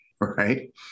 right